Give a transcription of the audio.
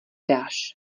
dáš